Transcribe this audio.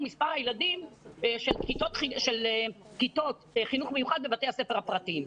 הילדים של כיתות חינוך מיוחד בבתי הספר הפרטיים.